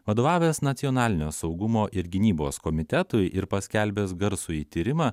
vadovavęs nacionalinio saugumo ir gynybos komitetui ir paskelbęs garsųjį tyrimą